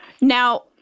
Now